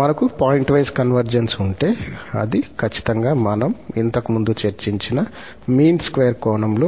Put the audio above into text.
మనకు pointwise convergence ఉంటే అది ఖచ్చితంగా మనం ఇంతకుముందు చర్చించిన మీన్ స్క్వేర్ కోణంలో కన్వర్జెన్స్ను సూచిస్తుంది